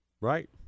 Right